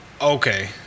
okay